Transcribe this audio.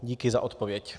Díky za odpověď.